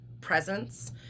presence